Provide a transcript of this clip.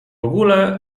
ogóle